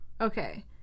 Okay